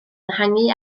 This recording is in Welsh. ehangu